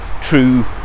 true